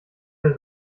der